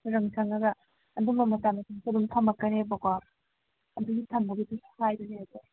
ꯔꯪ ꯁꯪꯉꯒ ꯑꯗꯨꯝꯕ ꯃꯆꯥ ꯃꯁꯨꯁꯨ ꯑꯗꯨꯝ ꯊꯝꯃꯛꯀꯅꯦꯕꯀꯣ ꯑꯗꯨꯒꯤ ꯊꯝꯕꯒꯤꯁꯨ ꯍꯥꯏꯕꯅꯦ ꯑꯗꯣ